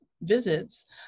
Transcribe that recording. visits